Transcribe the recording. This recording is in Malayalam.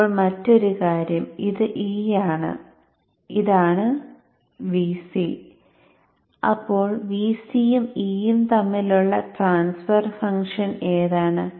ഇപ്പോൾ മറ്റൊരു കാര്യം ഇത് e ആണ് ഇതാണ് Vc അപ്പോൾ Vc യും e യും തമ്മിലുള്ള ട്രാൻസ്ഫർ ഫംഗ്ഷൻ എന്താണ്